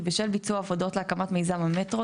כי בשל ביצוע עבודות להקמת מיזם המטרו,